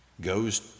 goes